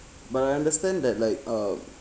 but I understand that like uh